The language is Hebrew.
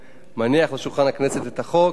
הנה, יגעת ומצאת,